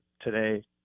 today